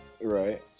Right